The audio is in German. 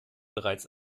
bereits